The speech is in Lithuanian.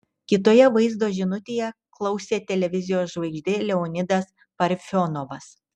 kitoje vaizdo žinutėje klausė televizijos žvaigždė leonidas parfionovas